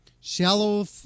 shallow